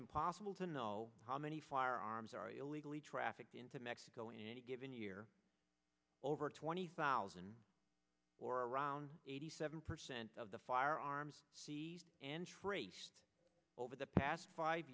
impossible to know how many firearms are illegally trafficked into mexico in any given year over twenty thousand or around eighty seven percent of the firearms and traced over the past five